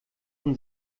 von